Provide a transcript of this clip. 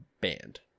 banned